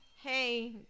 hey